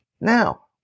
now